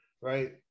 right